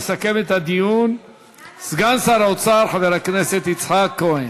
יסכם את הדיון סגן שר האוצר חבר הכנסת יצחק כהן.